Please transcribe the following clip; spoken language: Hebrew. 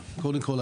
קודם כל,